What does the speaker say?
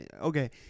Okay